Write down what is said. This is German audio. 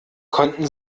konnten